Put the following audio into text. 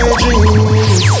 dreams